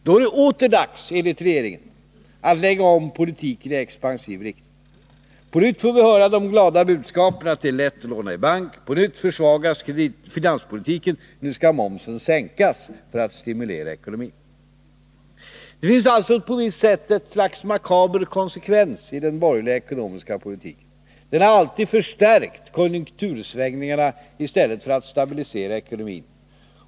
Då är det åter dags enligt regeringen att lägga om politiken i expansiv riktning. På nytt får vi höra de glada budskapen att det är lätt att låna i bank. På nytt försvagas finanspolitiken — nu skall momsen sänkas för att stimulera ekonomin. Det finns alltså på visst sätt ett slags makaber konsekvens i den borgerliga ekonomiska politiken: den har alltid förstärkt konjunktursvängningarna i stället för att stabilisera ekonomin.